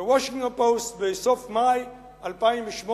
ל"וושינגטון פוסט" בסוף מאי 2008,